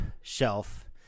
shelf